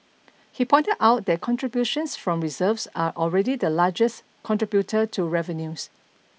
he pointed out that contributions from reserves are already the largest contributor to revenues